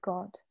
God